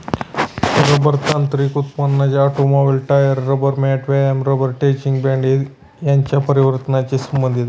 rubber तांत्रिक उत्पादनात automobile, tyre, rubber mat, व्यायाम रबर स्ट्रेचिंग बँड यांच्या परिवर्तनाची संबंधित आहे